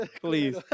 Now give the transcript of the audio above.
please